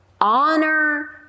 honor